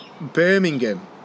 Birmingham